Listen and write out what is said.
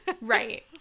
Right